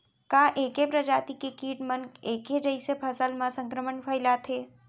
का ऐके प्रजाति के किट मन ऐके जइसे फसल म संक्रमण फइलाथें?